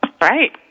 Right